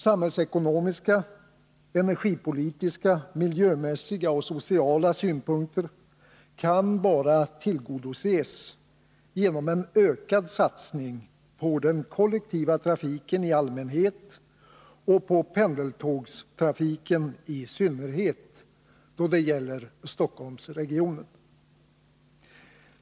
Samhällsekonomiska, energipolitiska, miljömässiga och sociala synpunkter kan bara tillgodoses genom en ökad satsning på den kollektiva trafiken i allmänhet och på pendeltågstrafiken i synnerhet då det gäller Stockholmsregionen.